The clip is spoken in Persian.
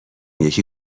یکی